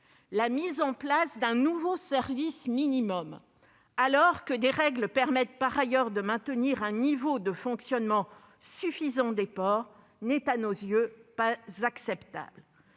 La mise en place d'un « nouveau service minimum », alors que des règles permettent déjà de maintenir un niveau de fonctionnement suffisant de nos ports, n'est, à nos yeux, pas acceptable.